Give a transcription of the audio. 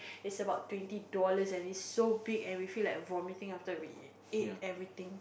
it's about twenty dollars and it's so big and we feel like vomitting after we ate everything